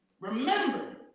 Remember